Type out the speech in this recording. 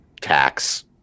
tax